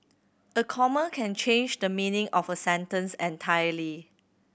a comma can change the meaning of a sentence entirely